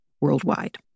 worldwide